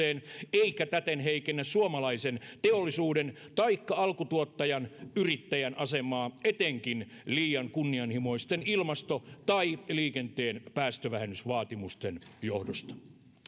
eikä täten heikennä suomalaisen teollisuuden taikka alkutuottaja yrittäjän asemaa etenkin liian kunnianhimoisten ilmasto tai liikenteen päästövähennysvaatimusten johdosta